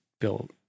built